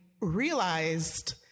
realized